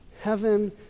heaven